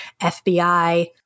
FBI